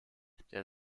der